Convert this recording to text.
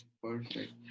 perfect